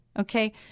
Okay